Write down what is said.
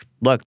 look